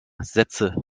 sätze